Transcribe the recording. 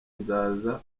nzaza